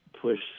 push